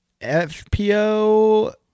fpo